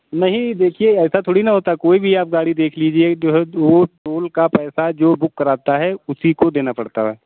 नहीं देखिए ऐसा थोड़े ही न होता है कोई भी आप गाड़ी देख लीजिए जो है वो टोल का पैसा जो बुक कराता है उसी को देना पड़ता है